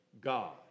God